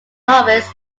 office